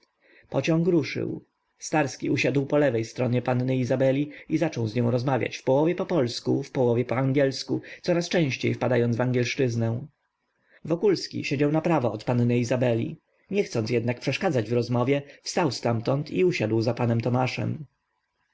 pociąg ruszył starski usiadł po lewej stronie panny izabeli i zaczął z nią rozmawiać w połowie po polsku w połowie po angielsku coraz częściej wpadając w angielszczyznę wokulski siedział naprawo od panny izabeli nie chcąc jednak przeszkadzać w rozmowie wstał ztamtąd i usiadł za panem tomaszem